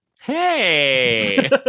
Hey